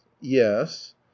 yes